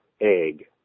egg